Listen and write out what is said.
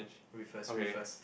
read first read first